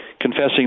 confessing